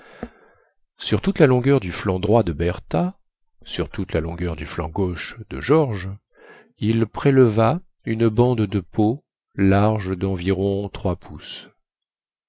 sur toute la longueur du flanc droit de bertha sur toute la longueur du flanc gauche de george il préleva une bande de peau large denviron trois pouces